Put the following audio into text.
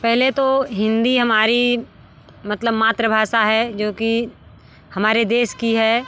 पहले तो हिंदी हमारी मतलब मातृभाषा है जो कि हमारे देश की है